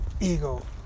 ego